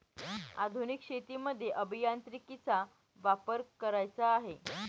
आधुनिक शेतीमध्ये अभियांत्रिकीचा वापर करायचा आहे